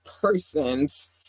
person's